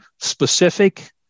specific